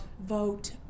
vote